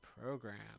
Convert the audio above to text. program